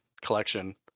collection